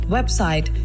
Website